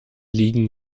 liegen